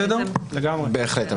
בהחלט.